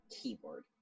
keyboard